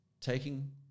taking